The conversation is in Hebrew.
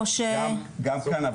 גם כאן.